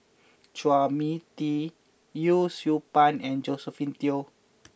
Chua Mia Tee Yee Siew Pun and Josephine Teo